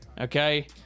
okay